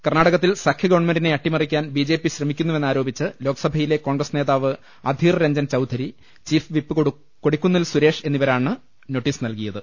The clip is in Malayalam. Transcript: കർണാടകത്തിൽ സഖ്യ ഗവൺമെന്റിനെ അട്ടിമറിക്കാൻ ബിജെപി ശ്രമിക്കുന്നുവെന്നാ രോപിച്ച് ലോക്സഭയിലെ കോൺഗ്രസ് നേതാവ് അധീർ രഞ്ജൻ ചൌധരി ചീഫ് വിപ് കൊടിക്കുന്നിൽ സുരേഷ് എന്നിവരാണ് നോട്ടീസ് നല്കിയത്